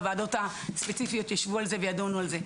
בוועדות הספציפיות ישבו על זה וידונו בזה.